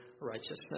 righteousness